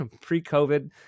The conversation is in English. pre-COVID